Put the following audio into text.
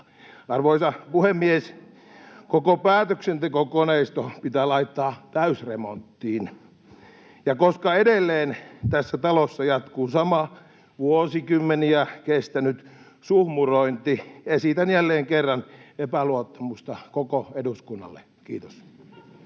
Arvoisa puhemies! Koko päätöksentekokoneisto pitää laittaa täysremonttiin. Ja koska tässä talossa edelleen jatkuu sama vuosikymmeniä kestänyt suhmurointi, esitän jälleen kerran epäluottamusta koko eduskunnalle. — Kiitos.